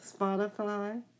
Spotify